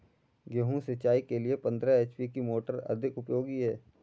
गेहूँ सिंचाई के लिए पंद्रह एच.पी की मोटर अधिक उपयोगी है?